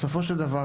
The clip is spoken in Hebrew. בסופו של דבר,